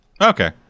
Okay